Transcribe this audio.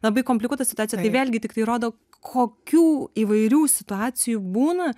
labai komplikuota situacija tai vėlgi tiktai rodo kokių įvairių situacijų būna